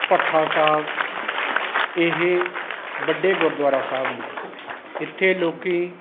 ਭੱਠਾ ਸਾਹਿਬ ਇਹ ਵੱਡੇ ਗੁਰਦੁਆਰਾ ਸਾਹਿਬ ਨੇ ਇੱਥੇ ਲੋਕ